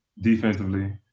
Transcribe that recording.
defensively